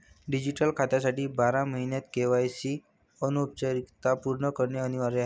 digital खात्यासाठी बारा महिन्यांत के.वाय.सी औपचारिकता पूर्ण करणे अनिवार्य आहे